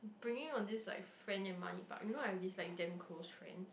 bringing on this like friend and money part you know I have this like damn close friend